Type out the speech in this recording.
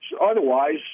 Otherwise